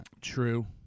True